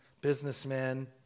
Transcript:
businessman